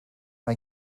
mae